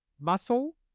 muscle